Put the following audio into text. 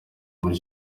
muri